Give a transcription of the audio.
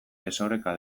desoreka